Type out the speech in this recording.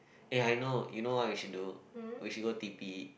eh I know you know what we should do we should go t_p